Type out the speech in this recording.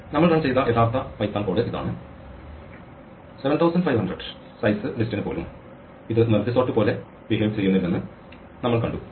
നമ്മൾ ഓടിച്ച യഥാർത്ഥ പൈത്തൺ കോഡ് ഇതാണ് 7500 സൈസ് ലിസ്റ്റിന് പോലും ഇത് മെർജ് സോർട്ട് പോലെ പെരുമാറുന്നില്ലെന്ന് നമ്മൾ കണ്ടു